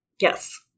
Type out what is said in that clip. yes